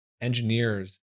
engineers